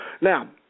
Now